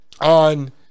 on